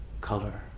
color